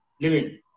living